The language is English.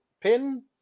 pin